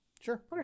Sure